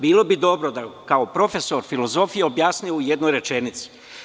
Bilo bi dobro da kao profesor filozofije objasni u jednoj rečenici.